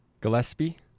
Gillespie